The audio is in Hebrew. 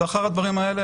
לאחר הדברים האלה,